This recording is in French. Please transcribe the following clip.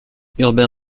urbain